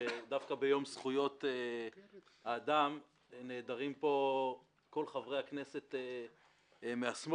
שדווקא ביום זכויות האדם נעדרים פה כל חברי הכנסת מהשמאל.